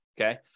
okay